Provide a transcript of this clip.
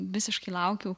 visiškai laukiau